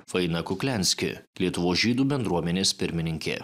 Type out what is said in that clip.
faina kuklianski lietuvos žydų bendruomenės pirmininkė